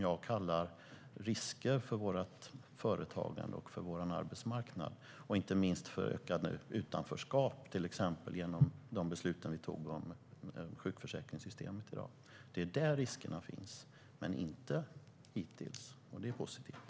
Jag kallar det för risker för företagande och arbetsmarknad, inte minst för utanförskap till exempel genom de beslut som vi i dag fattade om sjukförsäkringssystemet. Det är där som riskerna finns, men hittills har vi inte sett några, och det är positivt.